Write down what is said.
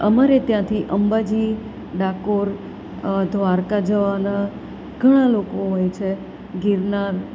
અમારે ત્યાંથી અંબાજી ડાકોર દ્વારકા જવાના ઘણાં લોકો હોય છે ગિરનાર